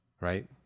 right